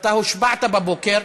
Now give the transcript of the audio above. אתה הושבעת בבוקר,